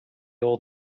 old